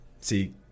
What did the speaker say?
See